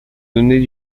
donner